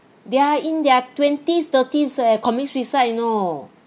they are in their twenties thirties eh commit suicide you know